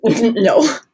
No